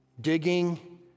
digging